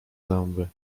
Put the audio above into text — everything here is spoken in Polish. zęby